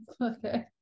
Okay